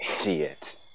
Idiot